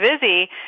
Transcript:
busy